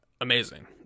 amazing